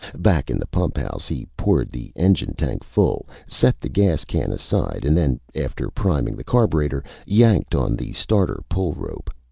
back in the pumphouse, he poured the engine tank full, set the gas can aside and then, after priming the carburetor, yanked on the starter pull rope.